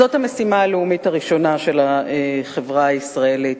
זאת המשימה הלאומית הראשונה של החברה הישראלית.